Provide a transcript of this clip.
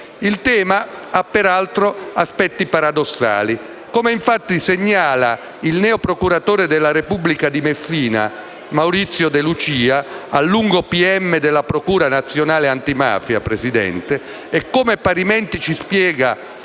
Il tema ha peraltro aspetti paradossali. Come infatti segnala il neoprocuratore della Repubblica di Messina, Maurizio De Lucia, a lungo pubblico ministero della Procura nazionale antimafia, signor Presidente, e come parimenti ci spiega